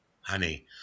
Honey